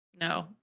No